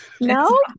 No